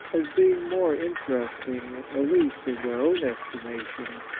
as being more interest ing, at least in their own estimation,